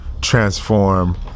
transform